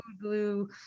blue